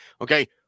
okay